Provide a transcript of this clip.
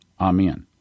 Amen